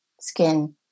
skin